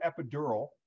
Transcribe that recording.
epidural